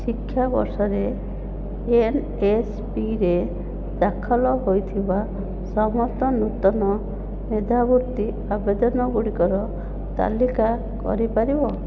ଶିକ୍ଷା ବର୍ଷରେ N S P ରେ ଦାଖଲ୍ ହୋଇଥିବା ସମସ୍ତ ନୂତନ ମେଧାବୃତ୍ତି ଆବେଦନ ଗୁଡ଼ିକର ତାଲିକା କରିପାରିବ